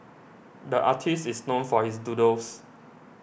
the artist is known for his doodles